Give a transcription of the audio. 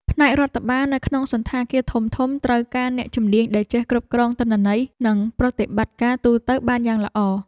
ផ្នែករដ្ឋបាលនៅក្នុងសណ្ឋាគារធំៗត្រូវការអ្នកជំនាញដែលចេះគ្រប់គ្រងទិន្នន័យ និងប្រតិបត្តិការទូទៅបានយ៉ាងល្អ។